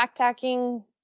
backpacking